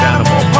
Animal